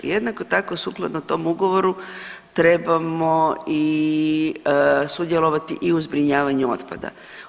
Jednako tako sukladno tom ugovoru trebamo i sudjelovati i u zbrinjavanju otpada.